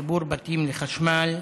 חיבור לחשמל,